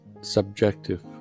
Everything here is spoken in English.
subjective